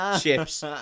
chips